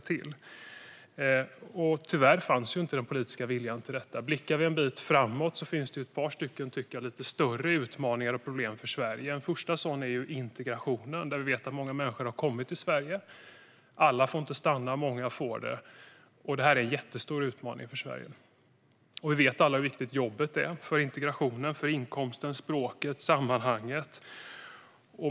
Tyvärr fanns inte den politiska vilja som krävdes för detta. Blickar vi en bit framåt finns det ett par lite större utmaningar och problem för Sverige. Det första är integrationen. Vi vet att många människor har kommit till Sverige. Alla får inte stanna; många får det. Detta är en jättestor utmaning för Sverige. Vi vet alla hur viktigt jobbet är för integrationen och för inkomsten, språket och sammanhanget.